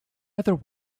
other